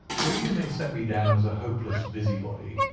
the reader may set me down as a hopeless busybody,